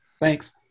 thanks